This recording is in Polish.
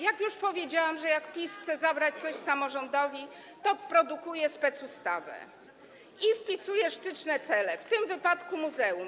Już powiedziałam, że jak PiS chce zabrać coś samorządowi, to produkuje specustawę i wpisuje szczytne cele, w tym wypadku muzeum.